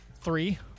Three